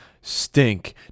stink